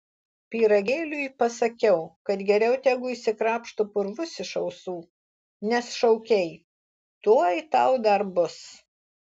pyragėliui pasakiau kad geriau tegu išsikrapšto purvus iš ausų nes šaukei tuoj tau dar bus